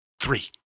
Three